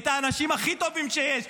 את האנשים הכי טובים שיש,